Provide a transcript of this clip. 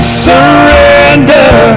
surrender